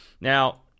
Now